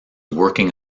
working